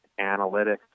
analytics